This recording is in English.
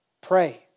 Pray